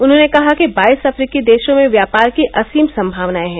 उन्होंने कहा कि बाईस अफ्रीकी देशों में व्यापार की असीम सम्मावनायें हैं